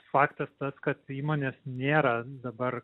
faktas tas kad įmonės nėra dabar